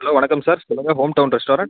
hello வணக்கம் sir சொல்லுங்கள் home town restaurant